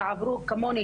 שעברו כמוני,